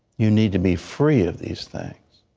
you need to be free of these things.